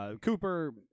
Cooper